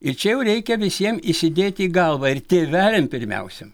ir čia jau reikia visiem įsidėti į galvą ir tėveliam pirmiausia